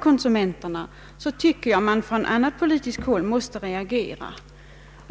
konsumenterna blir skrämda, tycker jag att man från annat politiskt håll måste rea gera.